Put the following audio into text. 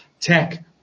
tech